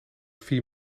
vier